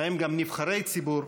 ובהם גם נבחרי ציבור,